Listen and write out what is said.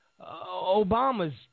Obama's